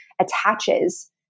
attaches